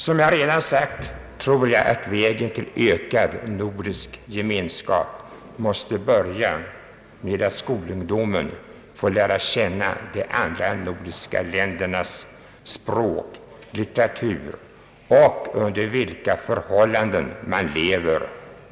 Som jag redan sagt tror jag att arbetet för att nå ökad nordisk gemenskap måste börja med att skolungdomen får lära känna de övriga nordiska ländernas språk, litteratur och levnadsförhållanden.